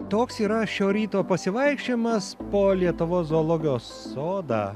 toks yra šio ryto pasivaikščiojimas po lietuvos zoologijos sodą